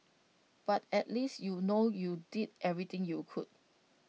but at least you'll know you did everything you could